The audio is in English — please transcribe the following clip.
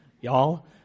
Y'all